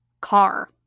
car